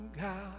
God